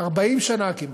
40 שנה כמעט.